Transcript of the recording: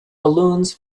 balloons